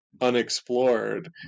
Unexplored